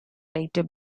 later